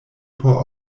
por